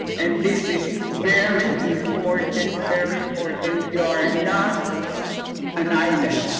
and this is very important, and very important. and you are not an island.